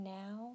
now